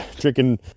drinking